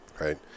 right